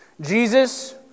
Jesus